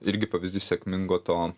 irgi pavyzdys sėkmingo to